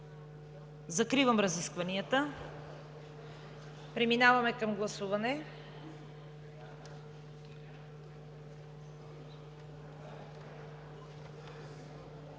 Закривам разискванията. Преминаваме към гласуване.